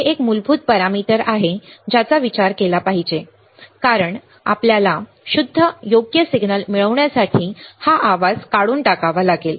हे एक मूलभूत पॅरामीटर आहे ज्याचा विचार केला पाहिजे कारण आपल्याला शुद्ध योग्य सिग्नल मिळवण्यासाठी हा आवाज काढून टाकावा लागेल